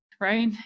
right